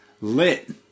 Lit